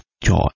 joy